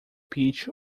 pitch